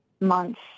months